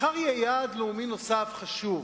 מחר יהיה יעד לאומי נוסף, חשוב,